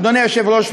אדוני היושב-ראש,